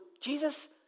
Jesus